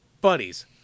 buddies